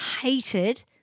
Hated